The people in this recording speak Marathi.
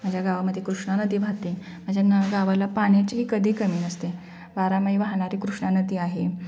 माझ्या गावामध्ये कृष्णा नदी वाहते माझ्या गं गावाला पाण्याचीही कधी कमी नसते बारामही वाहणारी कृष्णा नदी आहे